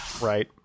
right